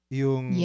yung